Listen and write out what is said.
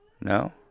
No